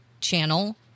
channel